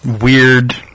weird